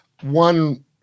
One